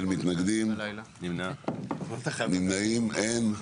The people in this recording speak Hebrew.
אין מתנגדים, נמנעים אין.